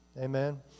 Amen